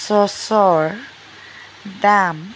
চচৰ দাম